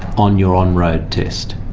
on your on-road test.